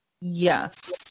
Yes